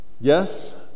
yes